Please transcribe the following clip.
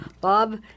Bob